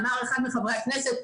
אמר אחד מחברי הכנסת,